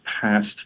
past